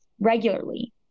regularly